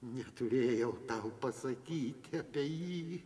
neturėjau tau pasakyti apie jį